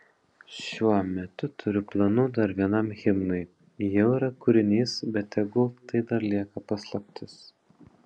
šiuo metu turiu planų dar vienam himnui jau yra kūrinys bet tegul tai dar lieka paslaptis